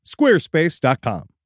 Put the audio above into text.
squarespace.com